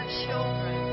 children